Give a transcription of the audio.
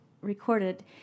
recorded